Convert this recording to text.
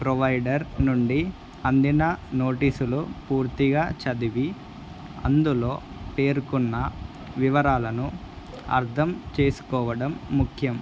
provider నుండి అందిన నోటీసులు పూర్తిగా చదివి అందులో పేర్కొన్న వివరాలను అర్థం చేసుకోవడం ముఖ్యం